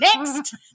next